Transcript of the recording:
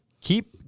Keep